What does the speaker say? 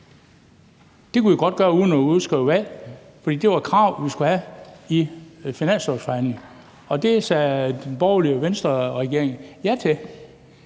Det kunne vi godt gøre uden at udskrive valg, for det var et krav, vi havde med til finanslovsforhandlingerne, og det sagde den borgerlige Venstreregering ja til.